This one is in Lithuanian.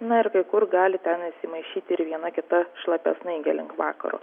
na ir kai kur gali ten įsimaišyti ir viena kita šlapia snaigė link vakaro